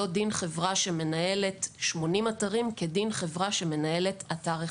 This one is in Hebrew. לא דין חברה שמנהלת 80 אתרים כדין חברה שמנהלת אתר אחד.